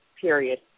period